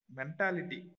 mentality